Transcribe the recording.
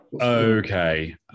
Okay